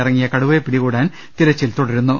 ഇറങ്ങിയ കടുവയെ പിടികൂടാൻ തിരച്ചിൽ തുടരുകയാണ്